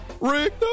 Rick